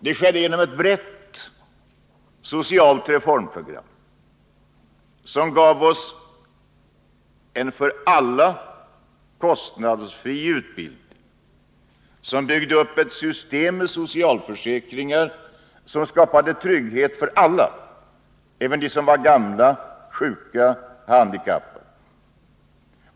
Det skedde genom ett brett socialt reformprogram, som gav oss en för alla kostnadsfri utbildning och byggde upp ett system med socialförsäkringar, som skapade trygghet för alla, även de som var gamla, sjuka och handikappade.